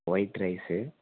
white rice